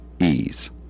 ease